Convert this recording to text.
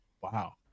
Wow